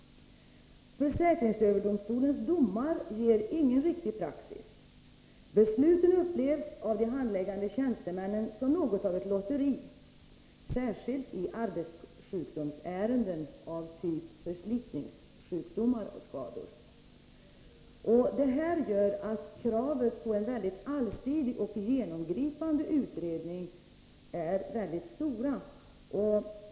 Försäkringsöverdomstolens domar ger ingen riktig praxis. Besluten upplevs av de handläggande tjänstemännen som något av ett lotteri, särskilt i arbetssjukdomsärenden av typen förslitningssjukdomar och förslitningsskador. Detta gör att kraven på en allsidig och genomgripande utredning är mycket stora.